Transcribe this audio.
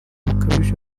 bukabije